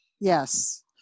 yes